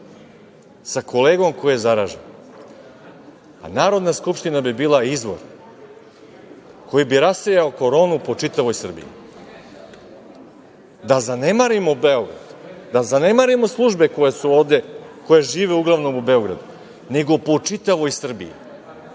sa kolegom koji je zaražen, pa Narodna skupština bi bila izvor koji bi rasejao Koronu po čitavoj Srbiji. Da zanemarimo Beograd, da zanemarimo službe koje su ovde i žive uglavom u Beogradu, nego po čitavoj Srbiji.